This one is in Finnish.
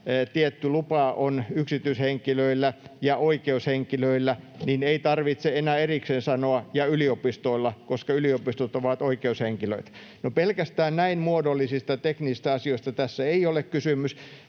tietty lupa on yksityishenkilöillä ja oikeushenkilöillä, niin ei tarvitse enää erikseen sanoa ”ja yliopistoilla”, koska yliopistot ovat oikeushenkilöitä. No, pelkästään näin muodollisista, teknisistä asioista tässä ei ole kysymys,